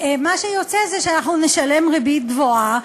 מה שיוצא זה שאנחנו נשלם ריבית גבוהה,